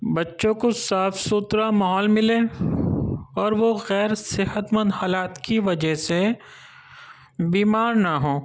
بچوں كو صاف سُتھرا ماحول ملے اور وہ خیر صحتمند حالات کی وجہ سے بیمار نہ ہوں